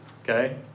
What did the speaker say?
Okay